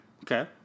Okay